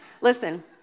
listen